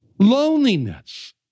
Loneliness